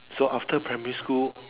so after primary school